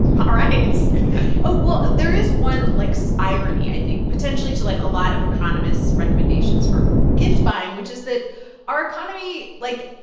ah right. oh, well, there is one, like, so irony, i think, potentially, to, like, a lot of economists' recommendations for gift-buying, which is that our economy like,